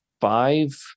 five